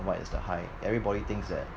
what is the high everybody thinks that